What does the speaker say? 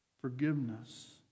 Forgiveness